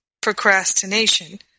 procrastination